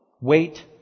Wait